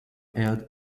aired